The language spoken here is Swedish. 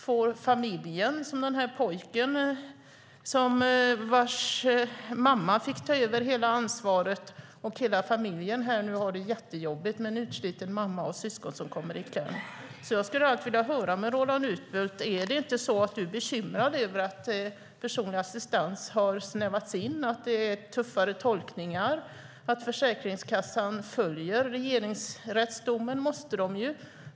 Jag berättade om en pojke vars mamma fick ta över hela ansvaret, och hela familjen har det jättejobbigt med en utsliten mamma och syskon som kommer i kläm. Jag skulle därför vilja fråga Roland Utbult följande: Är du inte bekymrad över att man har snävat in på personlig assistans och att det är tuffare tolkningar? Försäkringskassan måste följa regeringsrättsdomen.